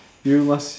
you must